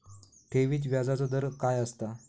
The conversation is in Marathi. ठेवीत व्याजचो दर काय असता?